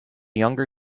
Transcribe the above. younger